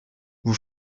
vous